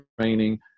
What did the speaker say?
training